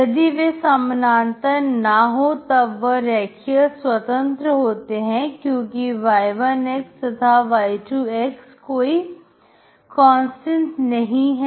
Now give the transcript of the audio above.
यदि वे समानांतर ना हो तब वह रेखीय स्वतंत्र होते हैं क्योंकि y1 तथा y2 कोई कांस्टेंट नहीं है